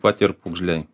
pat ir pūgžliai